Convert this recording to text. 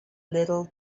little